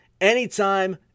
anytime